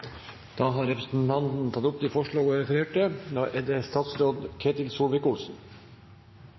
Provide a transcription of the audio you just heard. Da har representanten Karianne O. Tung tatt opp det forslaget hun refererte til. Dette blir det